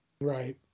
right